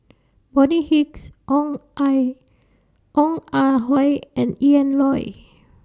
Bonny Hicks Ong I Ong Ah Hoi and Ian Loy